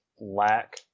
lack